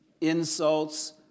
insults